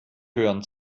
hören